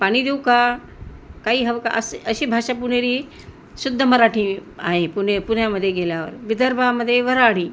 पाणी देऊ का काही हवं का अस् अशी भाषा पुणेरी शुद्ध मराठी आहे पुणे पुण्यामध्ये गेल्यावर विदर्भामध्ये वऱ्हाडी